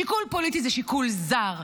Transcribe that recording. שיקול פוליטי זה שיקול זר,